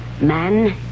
Man